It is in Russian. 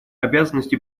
обязанности